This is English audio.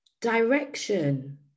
direction